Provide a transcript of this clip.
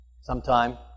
sometime